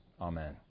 Amen